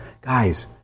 Guys